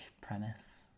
premise